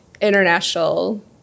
international